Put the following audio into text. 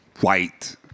white